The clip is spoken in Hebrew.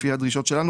לפי הדרישות שלנו,